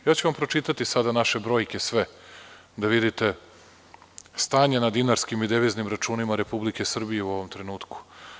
Pročitaću vam sada sve naše brojke, da vidite stanje na dinarskim i deviznim računima Republike Srbije u ovom trenutku.